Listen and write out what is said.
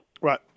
Right